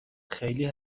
خیلی